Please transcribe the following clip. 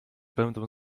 będą